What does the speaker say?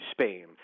Spain